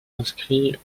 inscrit